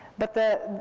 but the,